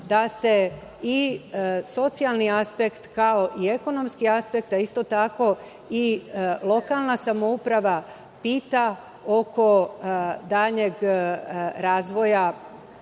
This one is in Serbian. da se i socijalni aspekt, kao i ekonomski aspekt, da isto tako i lokalna samouprava pita oko daljeg razvoja